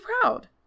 proud